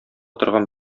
торган